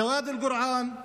ג'וואד אל-גורען,